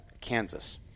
Kansas